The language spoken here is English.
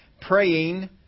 praying